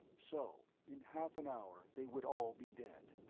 so in half an hour they would all be dead.